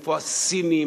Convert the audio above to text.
איפה הסינים,